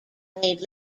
made